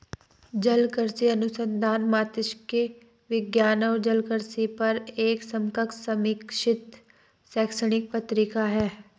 जलकृषि अनुसंधान मात्स्यिकी विज्ञान और जलकृषि पर एक समकक्ष समीक्षित शैक्षणिक पत्रिका है